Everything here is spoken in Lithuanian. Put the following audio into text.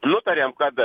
nutarėm kad